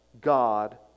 God